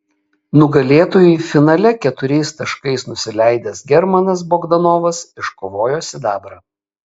nugalėtojui finale keturiais taškais nusileidęs germanas bogdanovas iškovojo sidabrą